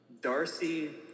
Darcy